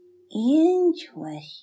Interesting